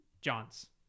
Johns